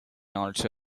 also